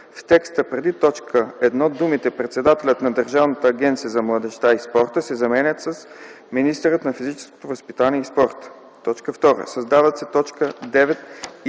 В текста преди т. 1 думите „Председателят на Държавната агенция за младежта и спорта” се заменят с „Министърът на физическото възпитание и спорта”. 2. Създават се